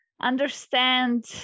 understand